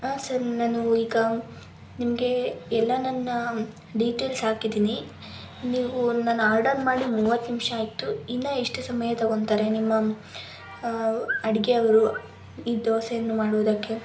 ಆಂ sir ನಾನು ಈಗ ನಿಮಗೆ ಎಲ್ಲ ನನ್ನ ಡೀಟೇಲ್ಸ್ ಹಾಕಿದ್ದೀನಿ ನೀವು ನಾನು ಆರ್ಡರ್ ಮಾಡಿ ಮೂವತ್ತು ನಿಮಿಷ ಆಯಿತು ಇನ್ನೂ ಎಷ್ಟು ಸಮಯ ತಗೋತಾರೆ ನಿಮ್ಮ ಅಡುಗೆಯವರು ಈ ದೋಸೆಯನ್ನು ಮಾಡುವುದಕ್ಕೆ